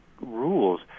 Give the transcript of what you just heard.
rules